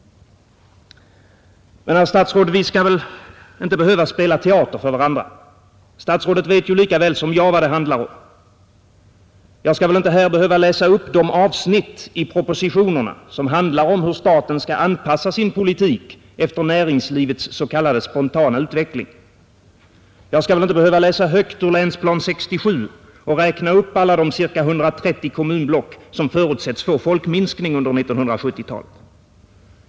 Herr statsråd, vi skall väl inte behöva spela teater för varandra! Statsrådet vet ju lika väl som jag vad det handlar om. Jag skall väl inte här behöva läsa upp de avsnitt i propositionerna som handlar om hur staten skall anpassa sin politik efter näringslivets s.k. spontana utveckling? Jag skall väl inte behöva läsa högt ur Länsplan 67 och räkna upp alla de ca 130 kommunblock som förutsätts få folkminskning under 1970-talet?